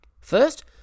First